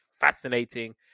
fascinating